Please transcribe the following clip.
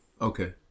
Okay